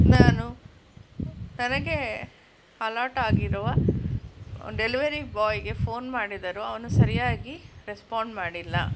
ನಾನು ನನಗೆ ಅಲೋಟಾಗಿರುವ ಡೆಲಿವರಿ ಬಾಯ್ಗೆ ಫೋನ್ ಮಾಡಿದರು ಅವನು ಸರಿಯಾಗಿ ರೆಸ್ಪಾಂಡ್ ಮಾಡಿಲ್ಲ